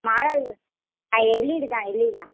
model ஆ LED தான் LED தான்